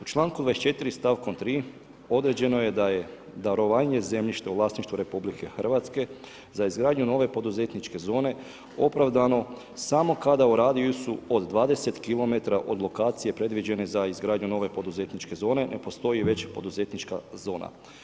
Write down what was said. U članku 24. stavku 3. određeno je da je darovanje zemljišta u vlasništvu RH za izgradnju nove poduzetničke zone opravdano, samo kada u radijusu od 20 kilometra od lokacije predviđene za izgradnju nove poduzetničke zone ne postoji već poduzetnička zona.